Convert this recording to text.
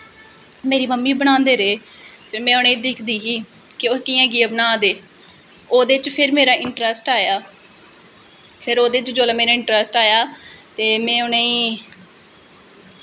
मेरे मम्मी बनांदे रेह् फिर में उनेंगी दिखदी रेही कि ओह् कियां कियां बनादे ओह्दे च फिर मेरा इंट्रस्ट आया फिर ओह्दे च जिसलै मेरा इंट्रस्ट आया फिर में उ'नेंगी